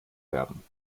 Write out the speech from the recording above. werden